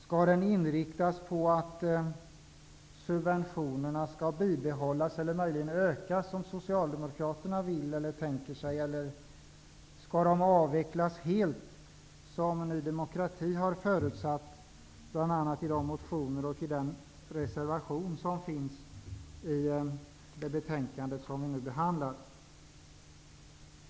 Skall den inriktas på att subventionerna skall bibehållas eller möjligen ökas som Socialdemokraterna vill eller skall subventionen avvecklas helt som Ny Demokrati har förutsatt bl.a. i de motioner och i den reservation som finns i det betänkande som vi nu behandlar?